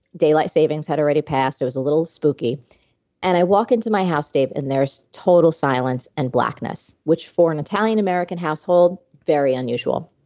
daylight savings had already passed. it was a little spooky and i walk into my house, dave and there's total silence and blackness, which for an italian-american household, very unusual.